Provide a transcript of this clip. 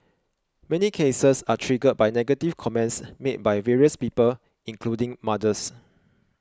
many cases are triggered by negative comments made by various people including mothers